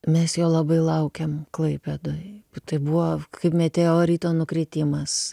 mes jo labai laukėm klaipėdoj tai buvo kaip meteorito nukritimas